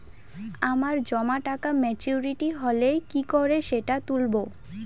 আমার জমা টাকা মেচুউরিটি হলে কি করে সেটা তুলব?